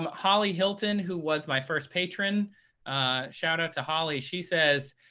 um holly hilton, who was my first patron shout out to holly. she says,